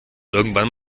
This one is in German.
irgendwann